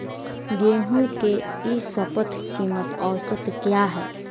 गेंहू के ई शपथ कीमत औसत क्या है?